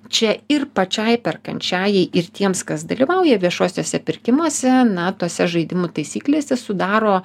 čia ir pačiai perkančiajai ir tiems kas dalyvauja viešuosiuose pirkimuose na tose žaidimų taisyklėse sudaro